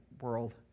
world